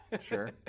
Sure